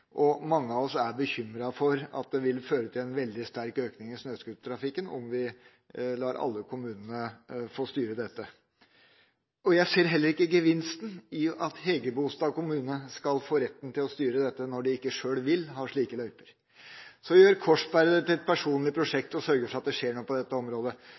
politikk. Mange av oss er bekymret for at det vil føre til en veldig sterk økning i snøscootertrafikken om vi lar alle kommunene få styre dette selv. Jeg ser heller ikke gevinsten ved at Hægebostad kommune skal få retten til å styre dette, når de ikke sjøl vil ha slike løyper. Så gjør representanten Korsberg det til et personlig prosjekt å sørge for at det skjer noe på dette området.